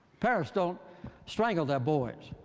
parents don't strangle their boys.